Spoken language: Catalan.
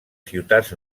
ciutats